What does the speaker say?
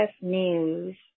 News